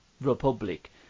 republic